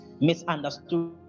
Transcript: misunderstood